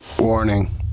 Warning